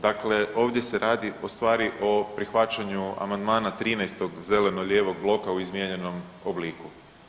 Dakle, ovdje se radi u stvari o prihvaćanju amandmana 13. zeleno-lijevog bloka u izmijenjenom obliku.